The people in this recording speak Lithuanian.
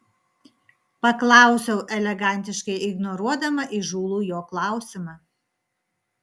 paklausiau elegantiškai ignoruodama įžūlų jo klausimą